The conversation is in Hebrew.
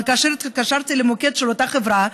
אבל כאשר התקשרתי למוקד של אותה חברה,